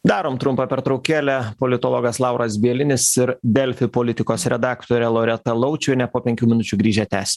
darom trumpą pertraukėlę politologas lauras bielinis ir delfi politikos redaktorė loreta laučiuvienė po penkių minučių grįžę tęs